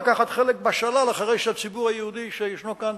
לקחת חלק בשלל אחרי שהציבור היהודי שישנו כאן